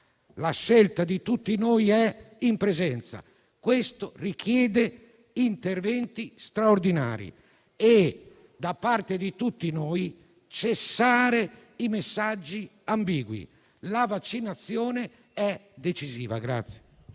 la scelta di tutti noi è in presenza e questo richiede interventi straordinari e, da parte di tutti noi, la cessazione di messaggi ambigui. La vaccinazione è decisiva.